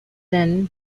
then